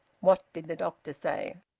what did the doctor say?